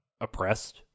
oppressed